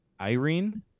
Irene